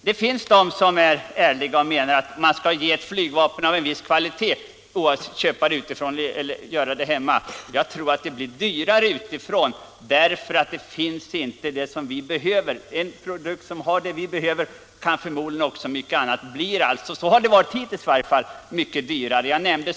Det finns då de som menar att man skall ge Sverige ett flygvapen av en viss kvalitet, oavsett om vi måste köpa materielen utifrån eller om vi kan göra den här hemma. Jag tror dock det blir dyrare att ta det utifrån, eftersom det inte utomlands finns just det som vi behöver.